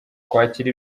kwakira